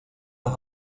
las